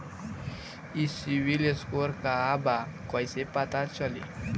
ई CIBIL score का बा कइसे पता चली?